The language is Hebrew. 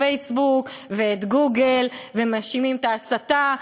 פייסבוק ואת גוגל ומאשימים את ההסתה.